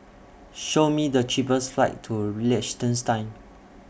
Show Me The cheapest flights to Liechtenstein